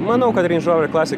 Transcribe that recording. manau kad reiž rover klasik